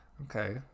Okay